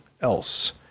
else